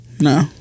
No